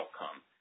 outcome